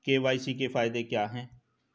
KYC के फायदे क्या है?